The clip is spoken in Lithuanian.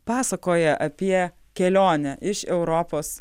pasakoja apie kelionę iš europos